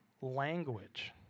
language